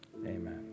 Amen